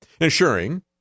ensuring